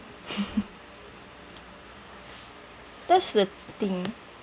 that's the thing